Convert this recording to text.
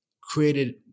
created